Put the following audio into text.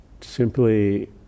simply